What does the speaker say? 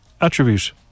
Attribute